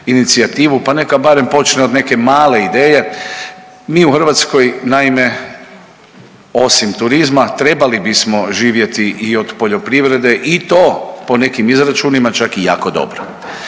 pa neka barem počne od neke male ideje. Mi u Hrvatskoj naime osim turizma trebali bismo živjeti i od poljoprivrede i to po nekim izračunima čak i jako dobro.